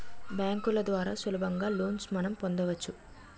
బ్యాంకుల ద్వారా సులభంగా లోన్స్ మనం పొందవచ్చు